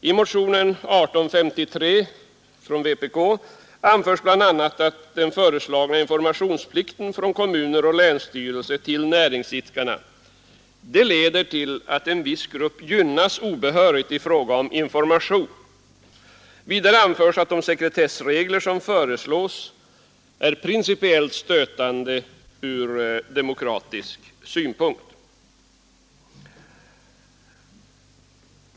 I motionen 1853 från vpk anförs bl.a. att den föreslagna informationsplikten från kommuner och länsstyrelse till näringsidkarna leder till att en viss grupp gynnas obehörigt i fråga om information. Vidare anförs att de sekretessregler som föreslås är principiellt stötande ur demokratisk synpunkt.